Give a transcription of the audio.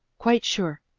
quite sure.